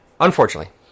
unfortunately